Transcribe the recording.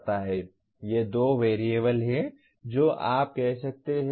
ये दो वेरिएबल हैं जो आप कह सकते हैं